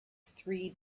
three